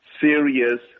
serious